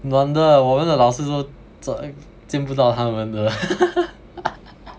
no wonder 我们的老师都见不到他们的